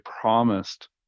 promised